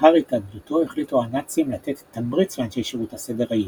לאחר התאבדותו החליטו הנאצים לתת "תמריץ" לאנשי שירות הסדר היהודי,